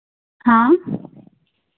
हाँ